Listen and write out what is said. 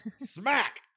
Smack